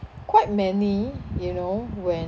quite many you know when